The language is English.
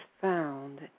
found